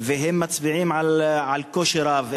והם מצביעים על קושי רב,